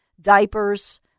diapers